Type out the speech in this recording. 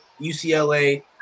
UCLA